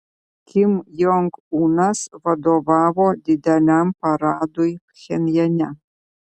kim jong unas vadovavo dideliam paradui pchenjane